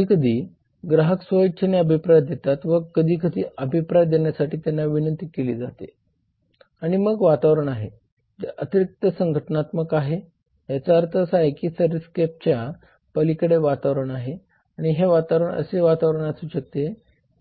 कधीकधी ग्राहक स्वइच्छेने अभिप्राय देतात व कधीकधी अभिप्राय देण्यासाठी त्यांना विनंती केली जाते आणि मग वातावरण आहे जे अतिरिक्त संघटनात्मक आहे याचा अर्थ असा आहे की या सर्व्हिसस्केपच्या पलीकडे वातावरण आहे आणि हे वातावरण असे वातावरण असू शकते